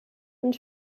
und